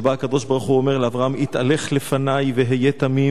שבה הקדוש-ברוך-הוא אומר לאברהם: "התהלך לפני והיה תמים"